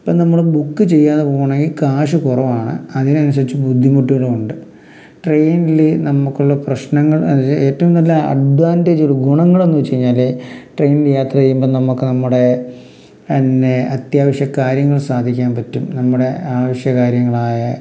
ഇപ്പം നമ്മൾ ബുക്ക് ചെയ്യാതെ പോകണമെങ്കിൽ കാശ് കുറവാണ് അതിന് അനുസരിച്ചു ബുദ്ധിമുട്ടുകളുണ്ട് ട്രെയിനിൽ നമുക്കുള്ള പ്രശ്നങ്ങൾ എന്നത് ഏറ്റവും നല്ല അഡ്വാൻറേജ് ഒരു ഗുണങ്ങളെന്ന് വച്ചു കഴിഞ്ഞാൽ ട്രെയിനിൽ യാത്ര ചെയ്യുമ്പോൾ നമുക്ക് നമ്മുടെ തന്നെ അത്യാവശ്യ കാര്യങ്ങൾ സാധിക്കാൻ പറ്റും നമ്മുടെ ആവശ്യ കാര്യങ്ങളായ